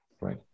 Right